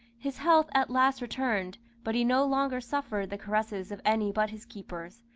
his health at last returned, but he no longer suffered the caresses of any but his keepers,